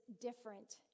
different